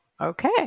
Okay